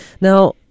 Now